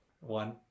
One